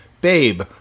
Babe